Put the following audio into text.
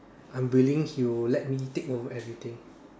I'm willing he will let me take over everything